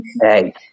hey